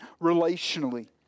relationally